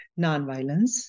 nonviolence